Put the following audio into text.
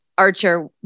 Archer